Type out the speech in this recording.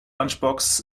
lunchbox